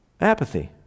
apathy